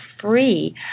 free